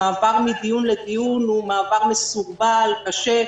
המעבר מדיון לדיון מסורבל וקשה.